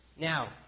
Now